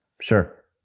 Sure